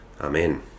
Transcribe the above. Amen